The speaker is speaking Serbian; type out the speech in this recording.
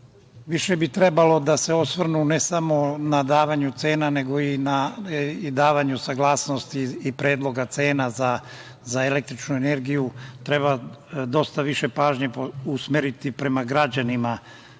više bi trebalo da se osvrnu, ne samo na davanje cena, nego i davanju saglasnosti i predloga cena za električnu energiju, treba dosta pažnje usmeriti prema građanima